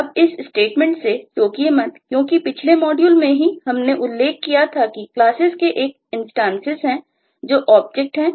अब इस स्टेटमेंट से चौंकिए मत क्योंकि पिछले मॉड्यूल में ही हमने उल्लेख किया था कि क्लासेस के ऐसे इंस्टांसेस हैं जो ऑब्जेक्ट्स हैं